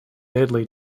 deadly